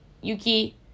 Yuki